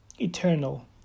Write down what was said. eternal